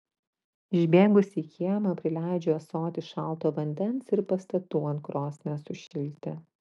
išbėgusi į kiemą prileidžiu ąsotį šalto vandens ir pastatau ant krosnies sušilti